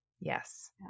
Yes